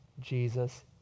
Jesus